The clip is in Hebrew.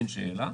אין שאלה.